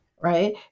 right